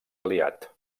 aliat